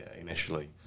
initially